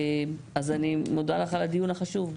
אז אני מודה לך על הדיון החשוב.